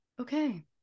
Okay